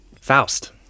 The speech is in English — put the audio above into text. faust